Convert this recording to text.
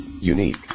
Unique